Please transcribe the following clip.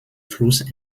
fluss